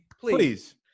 Please